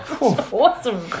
Awesome